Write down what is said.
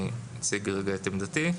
אני אציג את עמדתי.